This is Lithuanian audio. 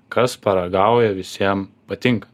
kas paragauja visiem patinka